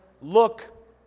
look